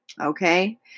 okay